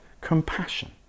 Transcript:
compassion